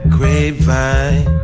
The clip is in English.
Grapevine